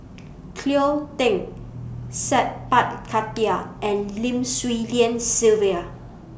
Cleo Thang Sat Pal Khattar and Lim Swee Lian Sylvia